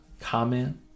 comment